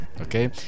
Okay